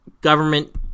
government